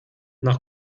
nach